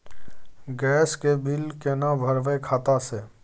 Gas के bill केना भरबै खाता से?